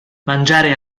mangiare